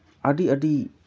ᱟᱹᱰᱤ ᱟᱹᱰᱤ